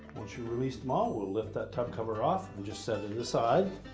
once you release them all, we'll lift that tub cover off and just set it aside.